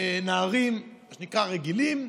נערים, עם נערים "רגילים",